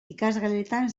ikasgeletan